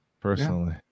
personally